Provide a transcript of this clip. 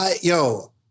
Yo